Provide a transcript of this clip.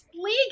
League